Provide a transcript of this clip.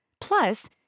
Plus